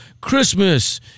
Christmas